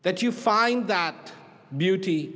that you find that beauty